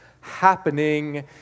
happening